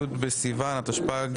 י' בסיון התשפ"ג,